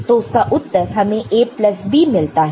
तो उसका उत्तर हमें A प्लस B मिलता है